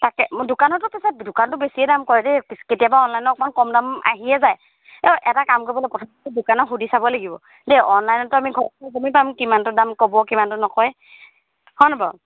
তাকে দোকানতো পাছে দোকানটো বেছিয়ে দাম কৰে দেই কেতিয়াবা অনলাইনত অকণমান কম দাম আহিয়ে যায় এই এটা কাম কৰিব লাগিব প্ৰথমতে দোকানত সুধি চাব লাগিব দেই অনলাইনতো আমি ঘৰত গমেই পাম কিমানটো দাম ক'ব কিমানটো নকয় হয় ন বাৰু